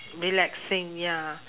relaxing ya